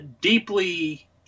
deeply